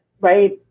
right